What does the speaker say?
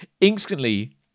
instantly